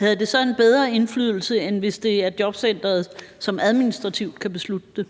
var det så bedre, end hvis det er jobcenteret, som administrativt kan beslutte det?